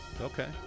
Okay